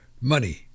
money